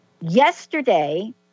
yesterday